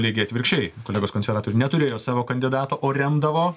lygiai atvirkščiai kolegos konservatoriai neturėjo savo kandidato o remdavo